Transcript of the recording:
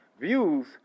views